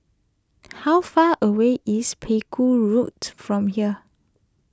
how far away is Pegu Road from here